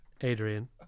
Adrian